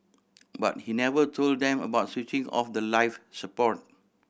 but he never told them about switching off the life support